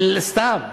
סתם,